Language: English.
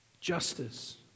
Justice